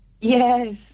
Yes